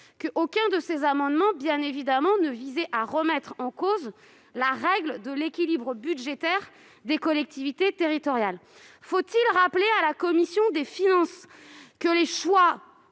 aucun de ces amendements ne visait à remettre en cause la règle de l'équilibre budgétaire des collectivités territoriales ? Faut-il rappeler à la commission des finances que les choix